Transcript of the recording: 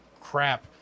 crap